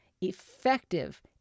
effective